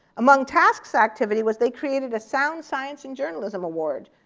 among tassc's activity was they created a sound science in journalism award.